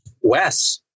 Wes